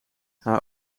haar